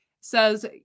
says